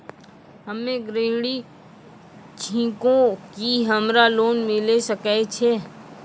हम्मे गृहिणी छिकौं, की हमरा लोन मिले सकय छै?